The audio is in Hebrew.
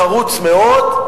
חרוץ מאוד.